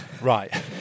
Right